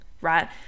right